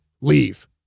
Leave